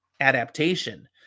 adaptation